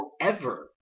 forever